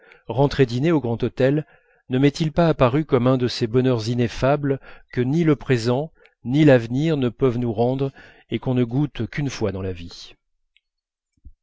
rentrer dîner au grand hôtel ne m'est-il pas apparu comme un de ces bonheurs ineffables que ni le présent ni l'avenir ne peuvent nous rendre et qu'on ne goûte qu'une fois dans la vie